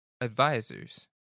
advisors